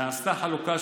תעשה אותו אחר כך.